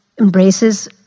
embraces